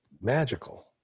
magical